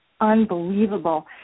unbelievable